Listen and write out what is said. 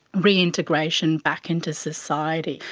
reintegration back into society.